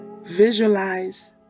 Visualize